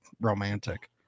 romantic